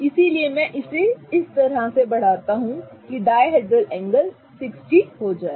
इसलिए मैं इसे इस तरह बढ़ाता जा रहा हूं कि डायहेड्रल एंगल 60 हो जाए